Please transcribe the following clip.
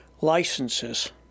licenses